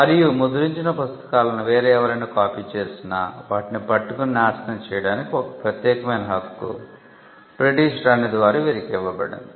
మరియు ముద్రించిన పుస్తకాలను వేరే ఎవరైనా కాపీ చేసినా వాటిని పట్టుకుని నాశనం చేయడానికి ఒక ప్రత్యేకమైన హక్కు బ్రిటిష్ రాణి ద్వారా వీరికి ఇవ్వబడింది